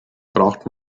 braucht